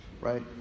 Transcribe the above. Right